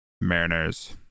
Mariners